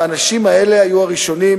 והאנשים האלה היו הראשונים,